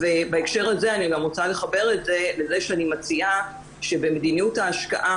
בהקשר הזה אני גם רוצה לחבר את זה לזה שאני מציעה שבמדיניות ההשקעה